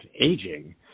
aging